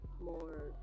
more